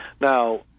Now